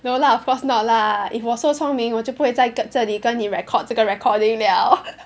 no lah of course not lah if 我 so 聪明我就不会再这里跟你 record 这个 recording liao